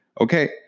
Okay